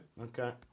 Okay